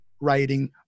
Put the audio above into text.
writing